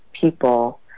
people